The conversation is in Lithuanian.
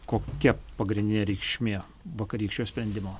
kokia pagrindinė reikšmė vakarykščio sprendimo